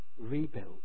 rebuilt